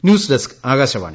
news desk Akashvani